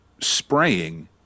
spraying